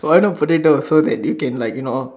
why not potato so that you can like you know